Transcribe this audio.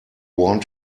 want